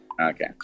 Okay